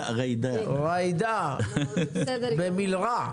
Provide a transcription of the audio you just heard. תודה רבה,